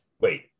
Wait